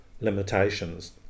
limitations